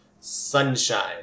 Sunshine